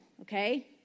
Okay